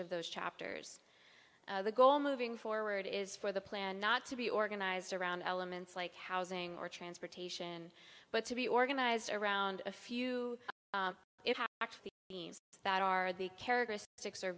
of those chapters the goal moving forward is for the plan not to be organized around elements like housing or transportation but to be organized around a few it actually means that are the characteristics or